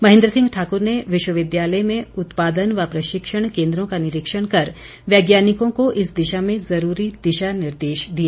महेन्द्र सिंह ठाक़र ने विश्वविद्यालय में उत्पादन व प्रशिक्षण केन्द्रों का निरीक्षण कर वैज्ञानिकों को इस दिशा में ज़रूरी दिशा निर्देश दिए